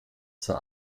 zur